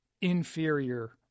inferior